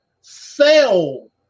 sell